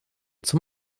zum